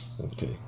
Okay